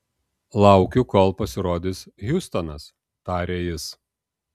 laukiu kol pasirodys hjustonas tarė jis